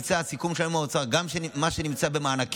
הסיכום היום עם האוצר הוא שגם מה שנמצא במענקים,